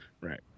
right